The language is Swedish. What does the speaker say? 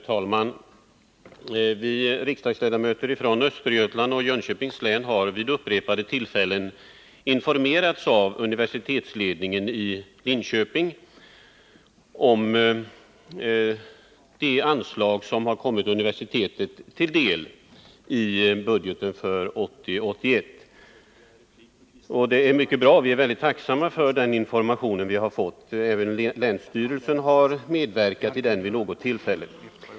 Herr talman! Vi riksdagsledamöter från Östergötlands och Jönköpings län har vid upprepade tillfällen informerats av universitetsledningen i Linköping om det anslag som har kommit universitetet till del i budgeten för 1980/81. Det är bra, och vi är mycket tacksamma för den information vi har fått. Även länsstyrelsen har medverkat vid något tillfälle.